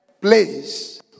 place